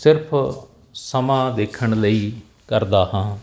ਸਿਰਫ ਸਮਾਂ ਦੇਖਣ ਲਈ ਕਰਦਾ ਹਾਂ